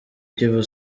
kiyovu